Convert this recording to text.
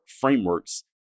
frameworks